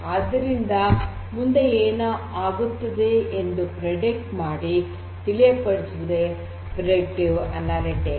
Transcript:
ಆದ್ದರಿಂದ ಮುಂದೆ ಏನು ಆಗುತ್ತದೆ ಎಂದು ಪ್ರೆಡಿಕ್ಟ್ ಮಾಡಿ ತಿಳಿಯಪಡಿಸುವುದೇ ಮುನ್ಸೂಚಕ ಅನಲಿಟಿಕ್ಸ್